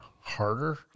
harder